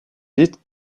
vite